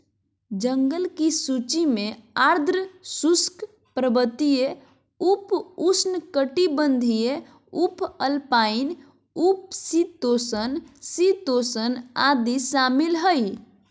जंगल की सूची में आर्द्र शुष्क, पर्वतीय, उप उष्णकटिबंधीय, उपअल्पाइन, उप शीतोष्ण, शीतोष्ण आदि शामिल हइ